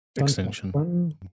Extinction